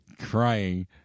crying